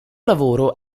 lavoro